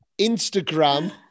Instagram